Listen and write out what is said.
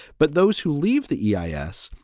but those who leave the e ah s,